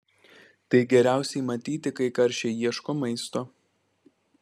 tai geriausiai matyti kai karšiai ieško maisto